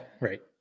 right